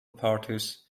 parties